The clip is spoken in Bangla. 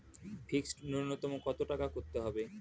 ফিক্সড নুন্যতম কত টাকা করতে হবে?